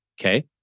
Okay